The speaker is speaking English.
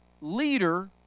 leader